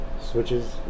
switches